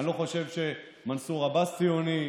אני לא חושב שמנסור עבאס ציוני,